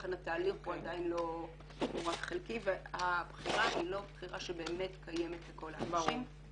לכן התהליך הוא רק חלקי והבחירה היא לא בחירה שבאמת קיימת לכל האנשים.